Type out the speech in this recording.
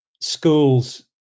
schools